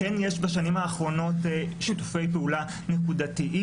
כן יש בשנים האחרונות שיתופי פעולה נקודתיים,